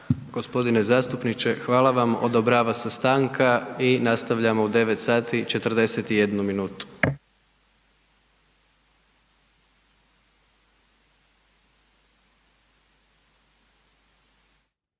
Gospodine zastupniče hvala vam, odobrava se stanka i nastavljamo u 9